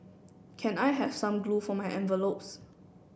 can I have some glue for my envelopes